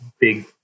big